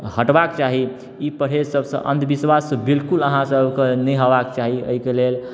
हटबाके चाही ई परहेज सब सँ अंधविश्वास बिल्कुल अहाँ सब के नहि हेबाक चाही एहिके लेल